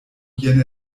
jen